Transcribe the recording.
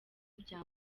bya